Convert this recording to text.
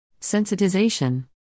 Sensitization